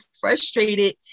frustrated